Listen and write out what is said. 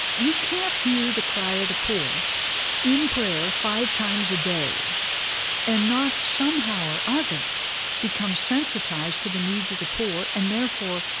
you can't hear the cry of the poor in prayer five times a day and not somehow or other become sensitized to the needs of the poor, and therefore,